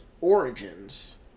Origins